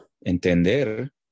entender